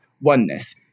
oneness